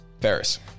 Ferris